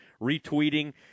retweeting